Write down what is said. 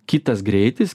kitas greitis